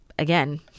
Again